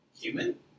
Human